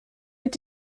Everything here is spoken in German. mit